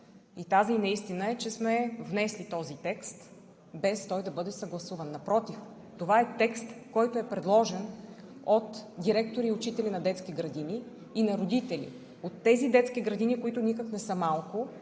Тази неистина е, че сме внесли този текст без той да бъде съгласуван. Напротив, това е текст, който е предложен от директори и учители на детски градини, и на родители. От тези детски градини, които никак не са малко,